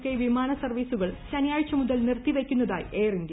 K വിമാനസർവ്വീസുകൾ ശനിയാഴ്ച മുതൽ നിർത്തി വയ്ക്കുന്നതാർയി എയർ ഇന്ത്യ